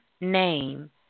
name